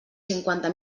cinquanta